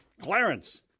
Clarence